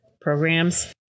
programs